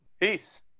Peace